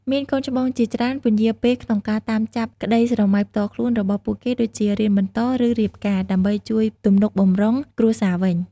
មានកូនច្បងជាច្រើន ពន្យារពេលក្នុងការតាមចាប់ក្ដីស្រមៃផ្ទាល់ខ្លួនរបស់ពួកគេដូចជា រៀនបន្ត ឬរៀបការ ដើម្បីជួយទំនុកបម្រុងគ្រួសារវិញ។